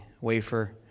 wafer